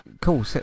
cool